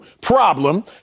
problem